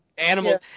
Animal